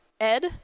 Ed